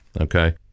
Okay